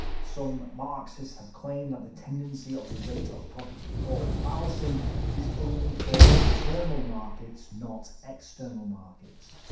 some marxists have claimed that the tendency of the rate of profit to fall fallacy is only for internal markets, not external markets.